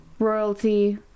Royalty